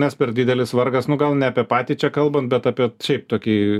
nes per didelis vargas nu gal ne apie patį čia kalbam bet apie šiaip tokį